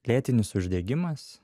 lėtinis uždegimas